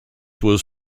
was